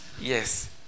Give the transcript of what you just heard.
Yes